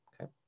okay